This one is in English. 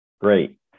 Great